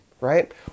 right